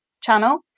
channel